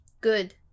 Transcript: good